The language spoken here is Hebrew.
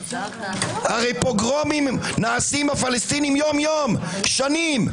פוגרומים נעשים בפלסטינים יום-יום שנים.